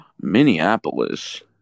Minneapolis